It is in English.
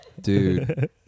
Dude